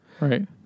right